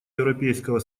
европейского